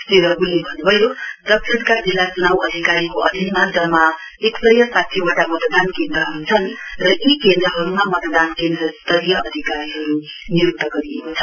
वहाँले भन्नु भयो दक्षिणका जिल्ला चुनाउ अधिकारीको अधिनमा जम्मा एक सय साठी वटा मतदान केन्द्रहरू छन् र यी केन्द्रहरूमा मतदान केन्द्र स्तरीय अधिकारीहरू निय्क्त गरिएको छ